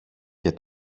και